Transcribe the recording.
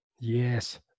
Yes